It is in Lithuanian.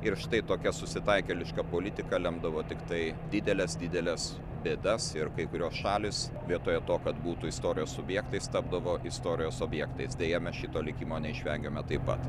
ir štai tokia susitaikėliška politika lemdavo tiktai dideles dideles bėdas ir kai kurios šalys vietoje to kad būtų istorijos subjektais tapdavo istorijos objektais deja šito likimo neišvengėme taip pat